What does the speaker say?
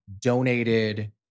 donated